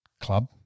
club